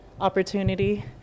opportunity